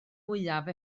mwyaf